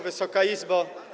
Wysoka Izbo!